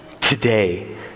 today